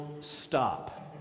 stop